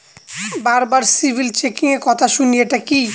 বারবার সিবিল চেকিংএর কথা শুনি এটা কি?